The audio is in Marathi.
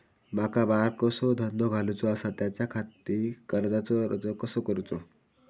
माका बारकोसो धंदो घालुचो आसा त्याच्याखाती कर्जाचो अर्ज कसो करूचो?